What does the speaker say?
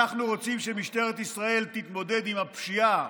אנחנו רוצים שמשטרת ישראל תתמודד עם הפשיעה,